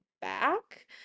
back